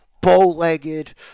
bow-legged